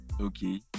Okay